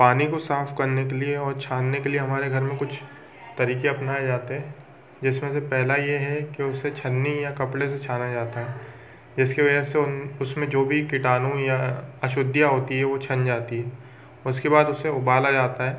पानी को साफ करने के लिए और छानने के लिए हमारे घर में कुछ तरीके अपनाए जाते जिसमें से पहला ये है की उस से छन्नी या कपड़े से छाना जाता जिसके वजह से उसमें जो भी किटाणु या अशुद्धियाँ होती है वो छन जाती है उसके बाद उसे उबाला जाता है